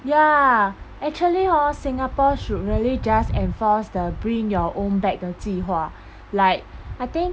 ya actually hor singapore should really just enforce the bring your own bag 的计划 like I think